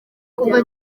kuva